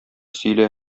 сөйлә